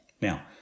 Now